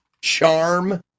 charm